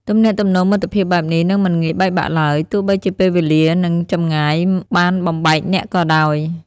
ទំនាក់ទំនងមិត្តភាពបែបនេះនឹងមិនងាយបែកបាក់ឡើយ ទោះបីជាពេលវេលានិងចម្ងាយបានបំបែកអ្នកក៏ដោយ។